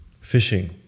fishing